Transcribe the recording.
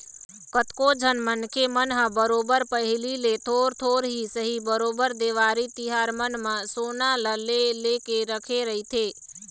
कतको झन मनखे मन ह बरोबर पहिली ले थोर थोर ही सही बरोबर देवारी तिहार मन म सोना ल ले लेके रखे रहिथे